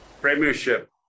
premiership